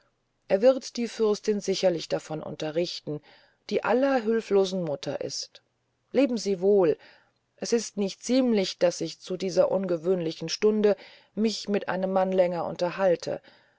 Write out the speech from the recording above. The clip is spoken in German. er wird die fürstin sicherlich davon unterrichten die aller hülflosen mutter ist leben sie wohl es ist nicht ziemlich daß ich zu dieser ungewöhnlichen stunde mich mit einem mann länger unterhalte